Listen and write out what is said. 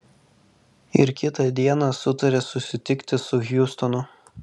ir kitą dieną sutarė susitikti su hjustonu